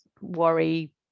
worry